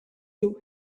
you